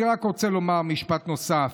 אני רק רוצה לומר משפט נוסף.